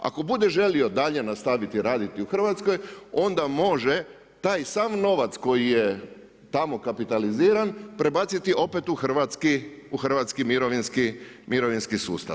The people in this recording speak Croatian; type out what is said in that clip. Ako bude želio dalje nastaviti raditi u Hrvatskoj, onda može taj sav novac koji je tamo kapitaliziran, prebaciti opet u hrvatski mirovinski sustav.